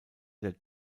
der